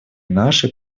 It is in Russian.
нашей